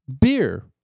beer